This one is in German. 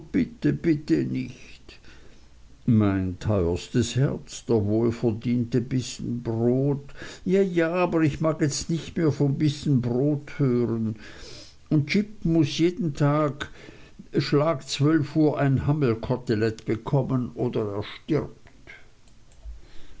bitte bitte nicht mein teuerstes herz der wohlverdiente bissen brot ja ja aber ich mag nichts mehr vom bissen brot hören und jip muß jeden mittag schlag zwölf uhr ein hammelkotelett bekommen oder er stirbt